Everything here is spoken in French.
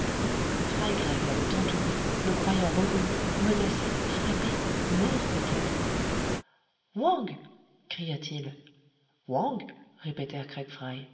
fry craig l'avaient entouré le croyant reconnu menacé frappé mort peut-être wang cria-t-il wang